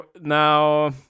now